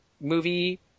movie